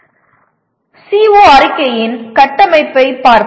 CO அறிக்கையின் கட்டமைப்பைப் பார்ப்போம்